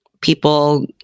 people